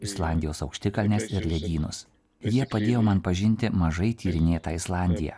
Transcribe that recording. islandijos aukštikalnes ir ledynus jie padėjo man pažinti mažai tyrinėtą islandiją